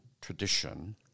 tradition